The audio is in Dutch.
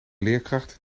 leerkracht